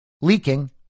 leaking